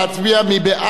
נא להצביע.